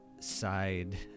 side